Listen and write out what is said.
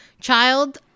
child